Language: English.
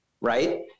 right